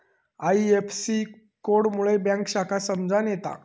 IFSC code मुळे bank शाखा समजान येता